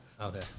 Okay